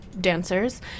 dancers